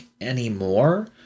anymore